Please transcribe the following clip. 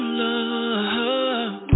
love